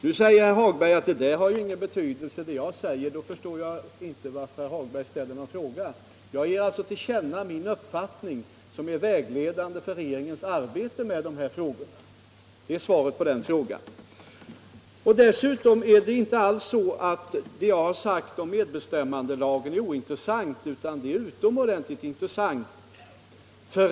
Nu säger herr Hagberg i Borlänge att det har ju ingen betydelse, det jag säger. Då förstår jag inte varför herr Hagberg ställer någon fråga. Jag ger alltså till känna min uppfattning som är vägledande för regeringens arbete med de här sakerna. Det är svaret på den frågan. Dessutom är det jag sagt om medbestämmandelagen inte alls ointressant. Det är tvärtom utomordentligt intressant.